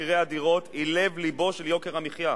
היא לב לבו של יוקר המחיה.